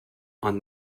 ond